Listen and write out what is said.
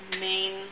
main